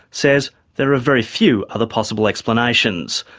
says there are very few other possible explanations.